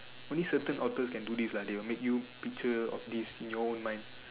only certain authors can do this lah they will make you picture of this in your own mind